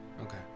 Okay